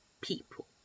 people